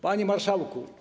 Panie Marszałku!